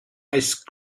ice